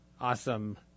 Awesome